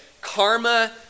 Karma